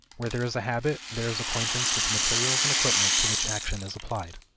where there is a habit, there is acquaintance with the materials and equipment to which action is applied.